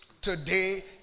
today